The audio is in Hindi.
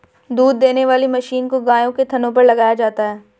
दूध देने वाली मशीन को गायों के थनों पर लगाया जाता है